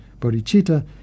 bodhicitta